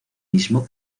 mismo